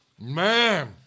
Man